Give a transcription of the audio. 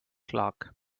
clock